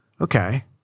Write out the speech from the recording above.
okay